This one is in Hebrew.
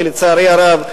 כי לצערי הרב,